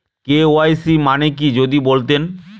KYC মানে কি যদি বলতেন?